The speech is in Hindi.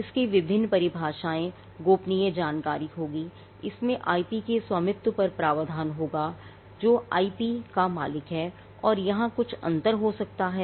इसकी विभिन्न परिभाषाएँ गोपनीय जानकारी होगी इसमें IP के स्वामित्व पर प्रावधान होगा जो IP का मालिक है और यहाँ कुछ अंतर हो सकता है